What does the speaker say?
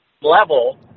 level